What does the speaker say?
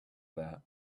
that